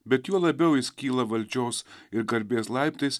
bet juo labiau jis kyla valdžios ir garbės laiptais